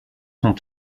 sont